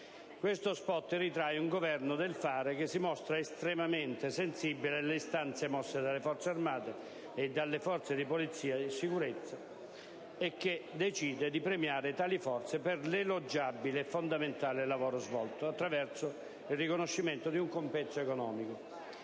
Questo *spot* ritrae un Governo del fare, che si mostra estremamente sensibile alle istanze mosse dalle Forze armate e dalle Forze di polizia e di sicurezza e che decide di dare loro un premio per l'encomiabile e fondamentale lavoro svolto, attraverso il riconoscimento di un compenso economico.